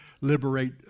liberate